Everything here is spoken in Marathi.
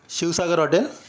शिवसागर हॉटेल